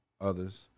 others